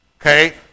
Okay